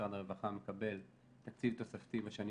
משרד הרווחה מקבל תקציב תוספתי בשנים